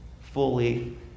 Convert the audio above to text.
fully